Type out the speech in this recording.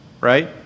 right